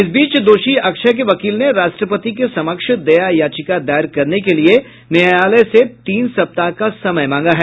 इस बीच दोषी अक्षय के वकील ने राष्ट्रपति के समक्ष दया याचिका दायर करने के लिए न्यायालय से तीन सप्ताह का समय मांगा है